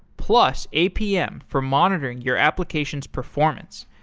plus, apm for monitoring your application's performance.